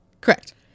correct